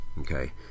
Okay